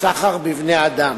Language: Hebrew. סחר בבני-אדם.